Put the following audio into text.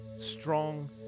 strong